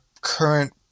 current